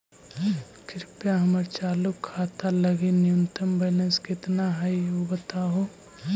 कृपया हमर चालू खाता लगी न्यूनतम बैलेंस कितना हई ऊ बतावहुं